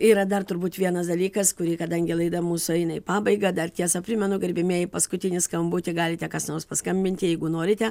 yra dar turbūt vienas dalykas kurį kadangi laida mūsų eina į pabaigą dar tiesa primenu gerbiamieji paskutinį skambutį galite kas nors paskambinti jeigu norite